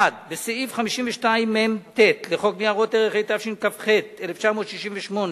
1. בסעיף 52מט לחוק ניירות ערך, התשכ"ח 1968,